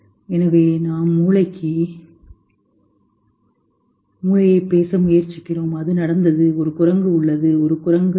எனவே நாம் மூளைக்கு மூளையைப் பேச முயற்சிக்கிறோம் அது நடந்தது ஒரு குரங்கு உள்ளது ஒரு குரங்குகள் மீது